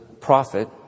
prophet